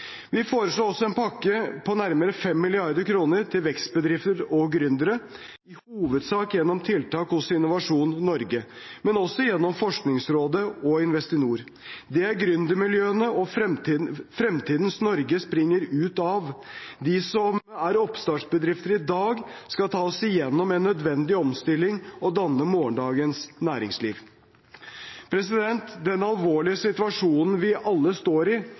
Vi foreslår også en pakke på nærmere 5 mrd. kr til vekstbedrifter og gründere, i hovedsak gjennom tiltak hos Innovasjon Norge, men også gjennom Forskningsrådet og Investinor. Det er i gründermiljøene fremtidens Norge springer ut. De som er oppstartsbedrifter i dag, skal ta oss gjennom en nødvendig omstilling og danne morgendagens næringsliv. Den alvorlige situasjonen vi alle står i,